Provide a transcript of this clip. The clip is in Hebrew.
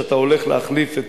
כשאתה הולך להחליף את